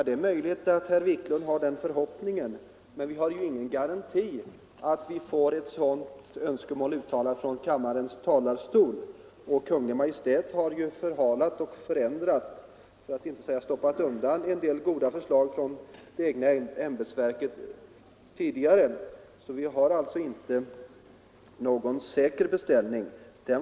Det är möjligt att herr Wiklund har den förhoppningen, men det finns inga garantier för att vi får ett sådant uttalande från riksdagen. Kungl. Maj:t kan förhala frågan och har tidigare stoppat 'undan en del goda förslag från sitt eget ämbetsverk. Vi har alltså ingen säker beställning av detta.